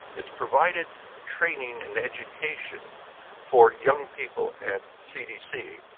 it's provided training and education for young people at cdc.